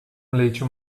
leite